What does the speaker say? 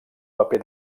paper